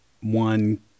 one